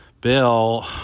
bill